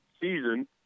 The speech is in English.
season